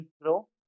Pro